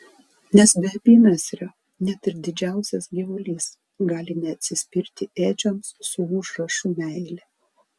nes be apynasrio net ir didžiausias gyvulys gali neatsispirti ėdžioms su užrašu meilė